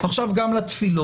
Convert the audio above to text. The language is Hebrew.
עכשיו גם לתפילות,